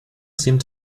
seemed